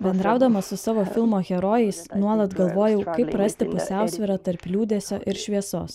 bendraudama su savo filmo herojais nuolat galvojau kaip rasto pusiausvyrą tarp liūdesio ir šviesos